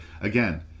again